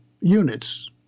Units